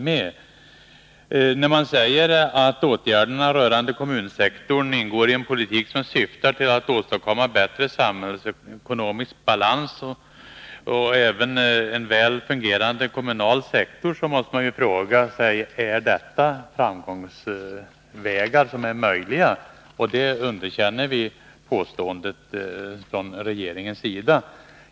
Man säger att åtgärderna rörande kommunsektorn ingår i en politik som syftar till att åstadkomma bättre samhällsekonomisk balans och även en väl fungerande kommunal sektor. Då måste man fråga sig: Är detta framgångsvägar som är möjliga? Det påståendet från regeringens sida underkänner vi alltså.